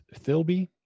Philby